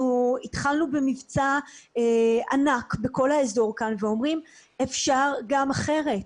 התחלנו במבצע ענק בכל האזור ואומרים שאפשר גם אחרת.